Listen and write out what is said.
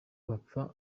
bapfa